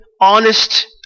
honest